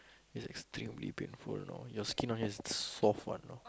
it's extremely painful you know your skin down here is soft one know